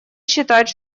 считать